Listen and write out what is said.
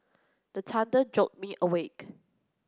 the thunder jolt me awake